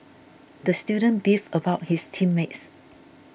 the student beefed about his team mates